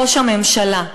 ראש הממשלה,